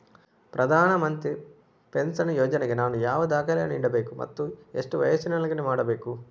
ಪ್ರಧಾನ ಮಂತ್ರಿ ಪೆನ್ಷನ್ ಯೋಜನೆಗೆ ನಾನು ಯಾವ ದಾಖಲೆಯನ್ನು ನೀಡಬೇಕು ಮತ್ತು ಎಷ್ಟು ವಯಸ್ಸಿನೊಳಗೆ ಮಾಡಬೇಕು?